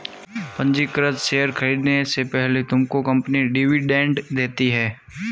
पंजीकृत शेयर खरीदने से पहले तुमको कंपनी डिविडेंड देती है